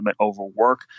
overwork